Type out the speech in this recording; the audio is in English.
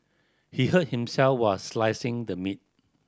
he hurt himself were slicing the meat